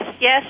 yes